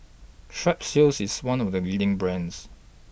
Strepsils IS one of The leading brands